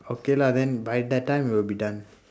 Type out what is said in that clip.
okay lah then by that time we'll be done